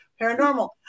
paranormal